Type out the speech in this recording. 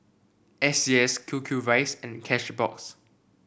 S C S Q Q rice and Cashbox